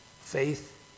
faith